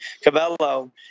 Cabello